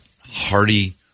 hearty